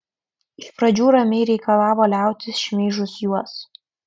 iš pradžių ramiai reikalavo liautis šmeižus juos